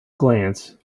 glance